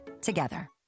together